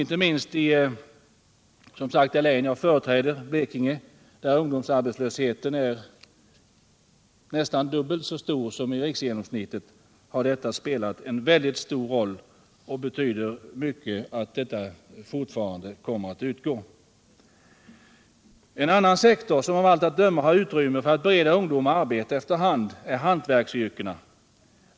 Inte minst i Blekinge, där ungdomsarbetslösheten är nästan dubbelt så stor som rikets genomsnitt, har detta spelat en mycket stor roll, och det betyder mycket att detta bidrag utgår även i fortsättningen. En annan sektor som av allt att döma har utrymme att efter hand bereda ungdomar arbete är hantverksyrkena.